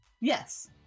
Yes